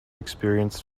experienced